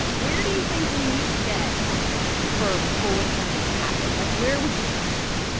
where do you think we need to get for full employment to happen? like, where would you be happy?